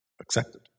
accepted